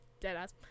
Deadass